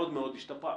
מאוד מאוד השתפרה.